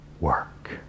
work